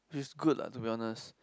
feels good lah to be honest